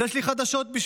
אז יש לי חדשות בשבילם: